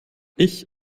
ich